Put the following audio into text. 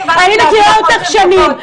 אני מכירה אותך שנים,